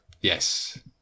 Yes